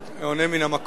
עונה מן המקום.